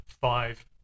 five